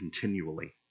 continually